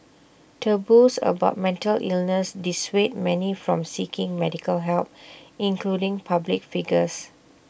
taboos about mental illness dissuade many from seeking medical help including public figures